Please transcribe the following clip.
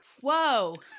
Whoa